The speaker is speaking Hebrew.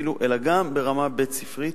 אלא גם ברמה בית-ספרית.